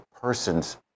person's